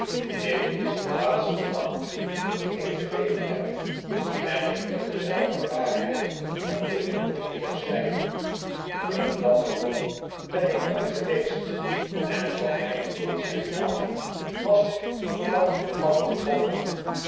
dit is de laatste nacht dien ik te leven heb en ik wil de zuivere waarheid onbewimpeld neerschrijven een dapper man ben ik nooit geweesten van mijne kindsheid af wasik van ft i een afgetrokken